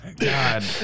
God